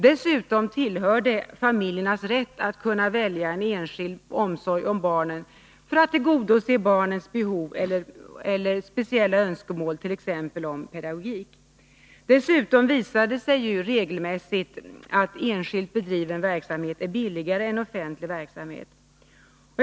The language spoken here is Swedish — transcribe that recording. Dessutom tillhör det familjernas rätt att kunna välja en enskild omsorg om barnen för att tillgodose barnens behov eller önskemål om en speciell pedagogik. Dessutom visar det sig regelmässigt att enskilt bedriven verksamhet är billigare än offentlig verksamhet.